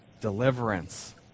deliverance